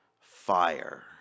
fire